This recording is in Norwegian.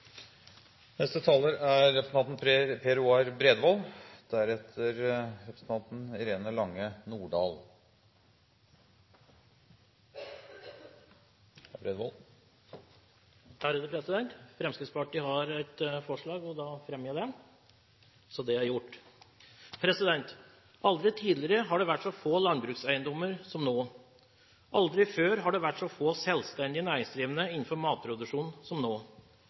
Fremskrittspartiet har et forslag i saken, og da fremmer jeg det, så er det gjort. Aldri tidligere har det vært så få landbrukseiendommer som nå. Aldri før har det vært så få selvstendig næringsdrivende innenfor matproduksjon som nå.